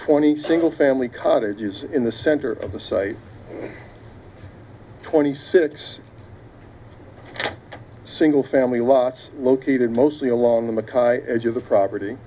twenty single family cottages in the center of the site twenty six single family lots located mostly along the mci as of the property